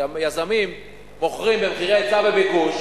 כי היזמים מוכרים במחירי היצע וביקוש,